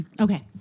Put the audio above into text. Okay